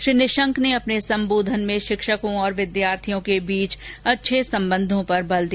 श्री निशंक ने अपने संबोधन में शिक्षकों और विद्यार्थियों के बीच अच्छे संबंधों पर बल दिया